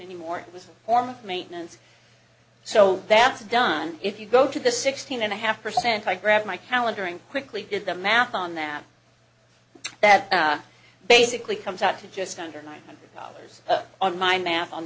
anymore it was a form of maintenance so that's done if you go to the sixteen and a half percent i grabbed my calendaring quickly did the math on that that basically comes out to just under nine hundred dollars on my math on